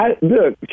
look